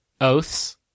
Oaths